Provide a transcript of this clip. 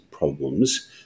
problems